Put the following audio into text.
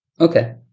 Okay